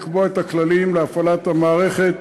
לקבוע את הכללים להפעלת המערכת